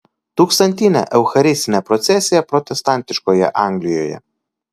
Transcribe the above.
tūkstantinė eucharistinė procesija protestantiškoje anglijoje